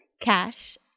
Cash